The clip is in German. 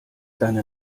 deine